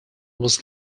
was